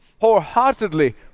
wholeheartedly